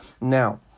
Now